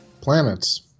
Planets